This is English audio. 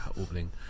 opening